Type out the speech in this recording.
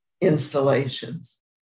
installations